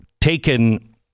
taken